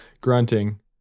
grunting